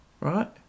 Right